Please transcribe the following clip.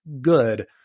good